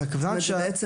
בעצם,